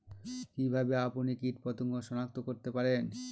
কিভাবে আপনি কীটপতঙ্গ সনাক্ত করতে পারেন?